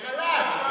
בחל"ת,